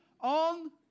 on